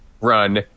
run